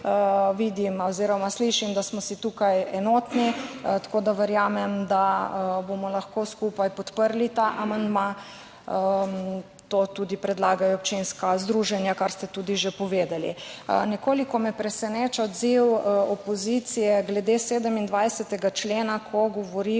oziroma slišim, da smo si tukaj enotni, tako da verjamem, da bomo lahko skupaj podprli ta amandma. To tudi predlagajo občinska združenja, kar ste tudi že povedali. Nekoliko me preseneča odziv opozicije glede 27. člena, ko govori